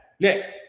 Next